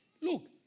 Look